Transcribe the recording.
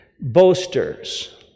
boasters